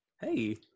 Hey